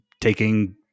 taking